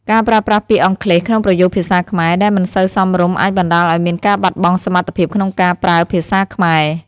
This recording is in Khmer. ការប្រើប្រាស់ពាក្យអង់គ្លេសក្នុងប្រយោគភាសាខ្មែរដែលមិនសូវសមរម្យអាចបណ្តាលឱ្យមានការបាត់បង់សមត្ថភាពក្នុងការប្រើភាសាខ្មែរ។